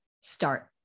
start